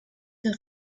der